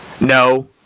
No